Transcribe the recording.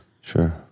Sure